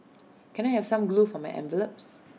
can I have some glue for my envelopes